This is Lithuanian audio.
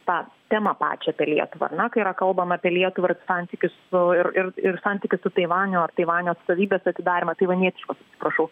tą temą pačią lietuvą ar ne kai yra kalbama apie lietuvą ir santykius su ir ir ir santykis su taivaniu ar taivanio atstovybės atidarymą taivanietiškos prašau